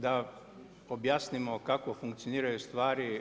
Da objasnimo kako funkcioniraju stvari.